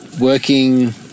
working